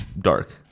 Dark